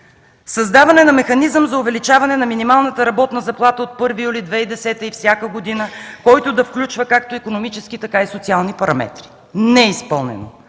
„Създаване на механизъм за увеличаване на минималната работна заплата от 1 юли 2010 г. и всяка година, който да включва както икономически, така и социални параметри”. Не е изпълнено.